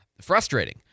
frustrating